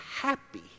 happy